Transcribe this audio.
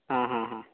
आं हां हां